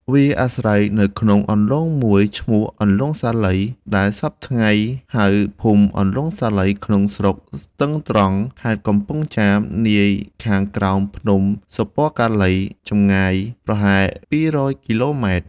វាអាស្រ័យនៅក្នុងអន្លង់មួយឈ្មោះអន្លង់សាលី ដែលសព្វថ្ងៃហៅ ភូមិអន្លង់ សាលី ក្នុងស្រុកស្ទឹងត្រង់ ខេត្តកំពង់ចាម នាខាងក្រោមភ្នំ សុពណ៌កាឡី ចម្ងាយប្រហែល ២០ គីឡូម៉ែត្រ ។